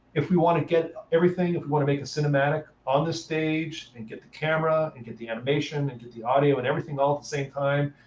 if we want to get everything, if we want to make the cinematic on the stage, and get the camera, and get the animation, and get the audio and everything all at the same time,